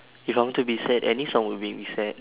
if I want to be sad any song will make me sad